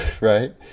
right